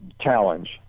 challenge